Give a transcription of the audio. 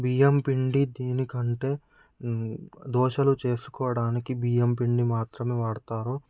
బియ్యం పిండి దేనికంటే దోసలు చేసుకోవడానికి బియ్యం పిండి మాత్రమే వాడుతారు